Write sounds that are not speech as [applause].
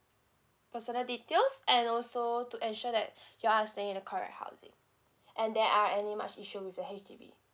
personal details and also to ensure that [breath] you are staying in a correct housing and there are any much issue with the H_D_B